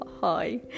hi